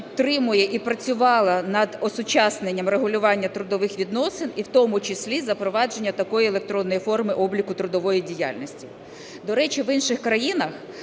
і працювала над осучасненням регулювання трудових відносин і в тому числі запровадження такої електронної форми обліку трудової діяльності. До речі, в інших країнах